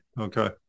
Okay